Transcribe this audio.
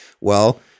Well-